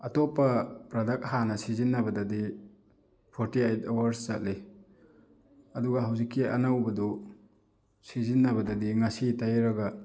ꯑꯇꯣꯞꯄ ꯄ꯭ꯔꯗꯛ ꯍꯥꯟꯅ ꯁꯤꯖꯤꯟꯅꯕꯗꯗꯤ ꯐꯣꯔꯇꯤ ꯑꯥꯏꯠ ꯑꯋꯥꯔꯁ ꯆꯠꯂꯤ ꯑꯗꯨꯒ ꯍꯧꯖꯤꯛꯀꯤ ꯑꯅꯧꯕꯗꯨ ꯁꯤꯖꯤꯟꯅꯕꯗꯗꯤ ꯉꯁꯤ ꯇꯩꯔꯒ